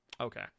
okay